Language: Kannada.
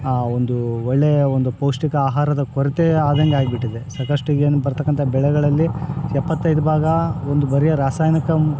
ಆ ಒಂದು ಒಳ್ಳೆಯ ಒಂದು ಪೌಷ್ಠಿಕ ಆಹಾರದ ಕೊರತೆ ಆದಂಗೆ ಆಗಿಬಿಟ್ಟಿದೆ ಸಾಕಷ್ಟು ಈಗೇನು ಬರ್ತಕ್ಕಂಥ ಬೆಳೆಗಳಲ್ಲಿ ಎಪ್ಪತೈದು ಭಾಗ ಒಂದು ಬರಿಯ ರಾಸಾಯನಿಕ